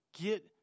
get